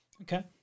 Okay